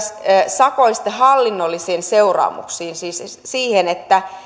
sakoista hallinnollisiin seuraamuksiin siis siihen että